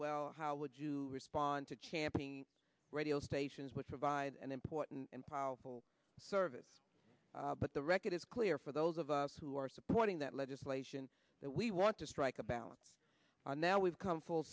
well how would you respond to champing radio stations would provide an important and powerful service but the record is clear for those of us who are supporting that legislation that we want to strike a balance on now we've come full